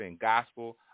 gospel